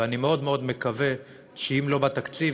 ואני מאוד מאוד מקווה שאם לא בתקציב,